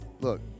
Look